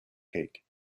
cake